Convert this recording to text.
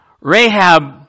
Rahab